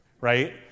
Right